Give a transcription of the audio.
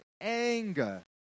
Anger